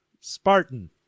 Spartan